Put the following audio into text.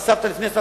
וסבתא לפני,